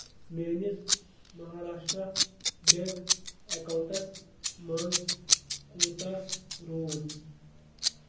میٛٲنِس Maharashtra bank accounts منٛز کوٗتاہ روٗد